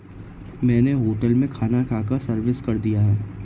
मैंने होटल में खाना खाकर सर्विस कर दिया है